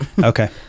Okay